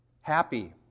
happy